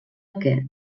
que